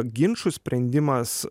ginčų sprendimas